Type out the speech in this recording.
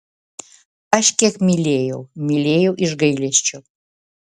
aš kiek mylėjau mylėjau iš gailesčio